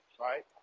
right